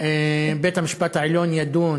בית-המשפט העליון ידון